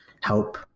help